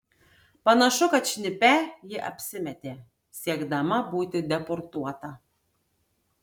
panašu kad šnipe ji apsimetė siekdama būti deportuota